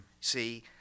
See